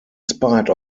spite